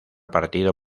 partido